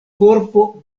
korpo